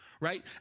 right